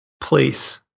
place